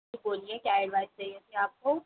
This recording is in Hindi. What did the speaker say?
जी बोलिए क्या एडभाइस चाहिए थी आपको